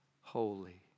holy